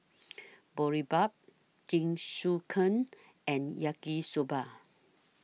Boribap Jingisukan and Yaki Soba